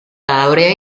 laurea